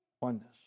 Oneness